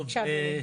בבקשה, אדוני.